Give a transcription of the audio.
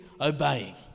obeying